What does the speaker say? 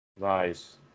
nice